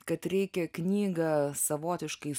kad reikia knygą savotiškai